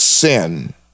Sin